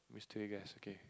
mystery guess okay